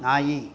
ನಾಯಿ